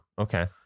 Okay